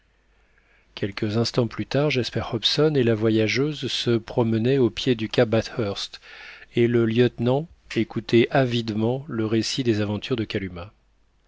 quelques instants plus tard jasper hobson et la voyageuse se promenaient au pied du cap bathurst et le lieutenant écoutait avidement le récit des aventures de kalumah